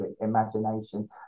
imagination